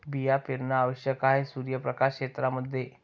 बिया पेरणे आवश्यक आहे सूर्यप्रकाश क्षेत्रां मध्ये